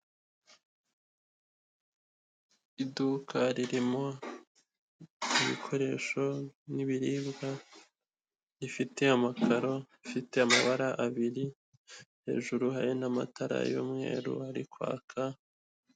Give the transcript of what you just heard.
Iduka ririmo ibikoresho n'ibiribwa, rifite amakaro, rifite amabara abiri, hejuru hari n'amatara y'umweru ari kwaka.